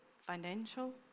financial